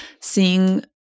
seeing